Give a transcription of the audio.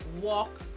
walk